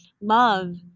love